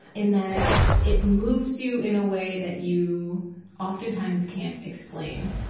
in that it moves you in a way that you oftentimes can't explain.